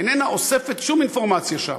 איננה אוספת שום אינפורמציה שם,